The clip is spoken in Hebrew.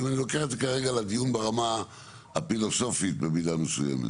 אם אני לוקח את זה כרגע לדיון ברמה הפילוסופית במידה מסוימת,